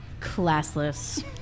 classless